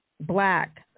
black